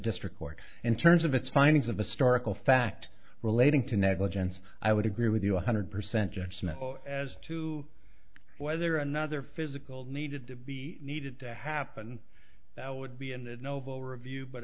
district court in terms of its findings of a star ical fact relating to negligence i would agree with you one hundred percent judgment as to whether another physical needed to be needed to happen that would be in